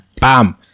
bam